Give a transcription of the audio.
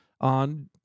on